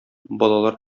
балалар